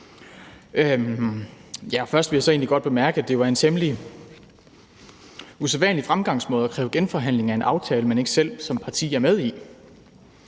egentlig godt bemærke, at det var en temmelig usædvanlig fremgangsmåde at kræve genforhandling af en aftale, man ikke selv som parti er med i.